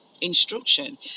instruction